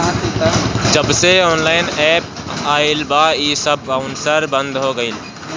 जबसे online app आईल बा इ सब बाउचर बंद हो गईल